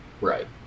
Right